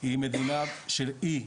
היא מדינה של אי,